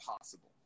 possible